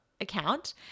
account